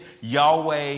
Yahweh